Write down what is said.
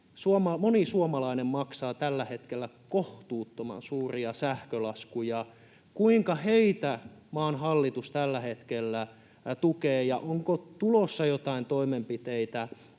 Moni suomalainen maksaa tällä hetkellä kohtuuttoman suuria sähkölaskuja. Kuinka heitä maan hallitus tällä hetkellä tukee, ja onko tulossa jotakin toimenpiteitä,